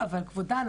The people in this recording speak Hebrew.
אבל כבודה,